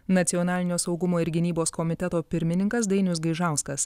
nacionalinio saugumo ir gynybos komiteto pirmininkas dainius gaižauskas